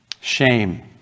Shame